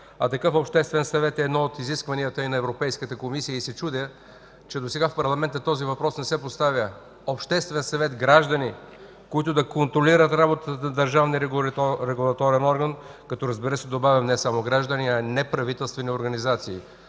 а такъв Обществен съвет е едно от изискванията и на Европейската комисия. Чудя се, че досега в парламента този въпрос не се поставя – Обществен съвет, граждани, които да контролират работата на държавния регулаторен орган, като, разбира се, добавим не само граждани, а и неправителствени организации.